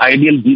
Ideal